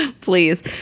please